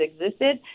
existed